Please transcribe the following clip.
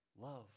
Love